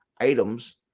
items